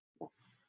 Yes